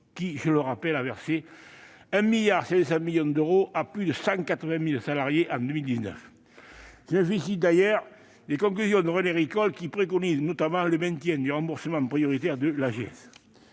outil, qui a versé 1,5 milliard d'euros à plus de 180 000 salariés en 2019. Je me félicite d'ailleurs des conclusions de René Ricol, qui préconise notamment le maintien du remboursement prioritaire de l'AGS.